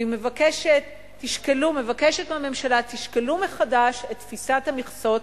אני מבקשת מהממשלה: תשקלו מחדש את תפיסת המכסות,